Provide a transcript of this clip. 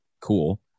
cool